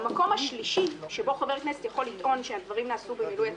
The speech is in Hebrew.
המקום השלישי שבו חבר הכנסת יכול לטעון שהדברים נעשו במילוי התפקיד,